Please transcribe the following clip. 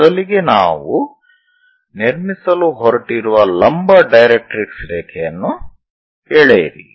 ಮೊದಲಿಗೆ ನಾವು ನಿರ್ಮಿಸಲು ಹೊರಟಿರುವ ಲಂಬ ಡೈರೆಟ್ರಿಕ್ಸ್ ರೇಖೆಯನ್ನು ಎಳೆಯಿರಿ